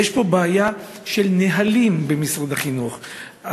יש פה בעיה של נהלים במשרד החינוך.